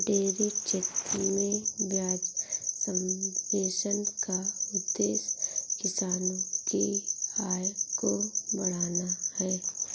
dairy क्षेत्र में ब्याज सब्वेंशन का उद्देश्य किसानों की आय को बढ़ाना है